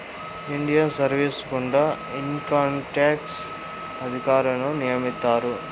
Indian service గుండా income tax అధికారులను నియమిత్తారు